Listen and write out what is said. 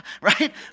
right